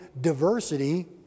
diversity